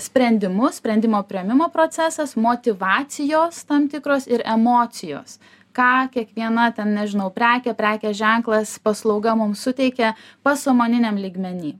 sprendimus sprendimo priėmimo procesas motyvacijos tam tikros ir emocijos ką kiekviena ten nežinau prekė prekės ženklas paslauga mums suteikia pasąmoniniam lygmeny